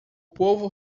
povo